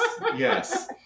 yes